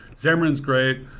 xamarin is great,